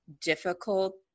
difficult